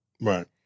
Right